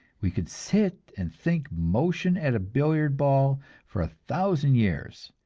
we can sit and think motion at a billiard ball for a thousand years,